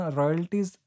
royalties